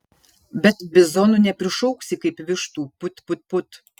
bet bizonų neprišauksi kaip vištų put put put